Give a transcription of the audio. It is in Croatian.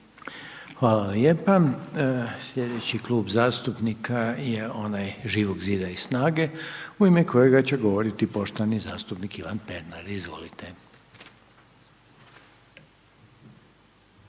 Hvala lijepo. Sljedeći klub zastupnika, ovaj nacionalnih manjina, u ime kojeg će govoriti poštovani zastupnik Vladimir Bilek, izvolite.